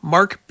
Mark